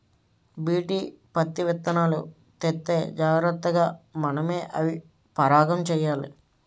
BT పత్తిత్తనాలు తెత్తే జాగ్రతగా మనమే అవి పరాగం చెయ్యాలి